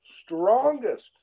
strongest